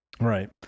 Right